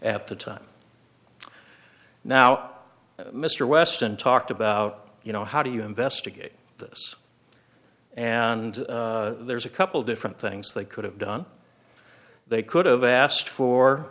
at the time now mr weston talked about you know how do you investigate this and there's a couple different things they could have done they could have asked for